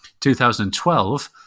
2012